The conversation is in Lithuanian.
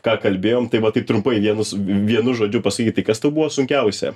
ką kalbėjom tai va taip trumpai vienus vienu žodžiu pasakyk tai kas tau buvo sunkiausia